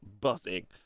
buzzing